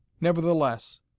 Nevertheless